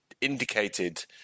indicated